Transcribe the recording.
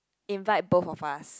invite both of us